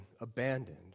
abandoned